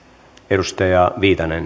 arvoisa herra